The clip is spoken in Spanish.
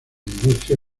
industria